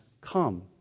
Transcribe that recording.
come